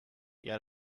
yet